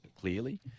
clearly